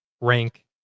rank